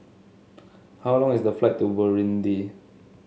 how long is the flight to Burundi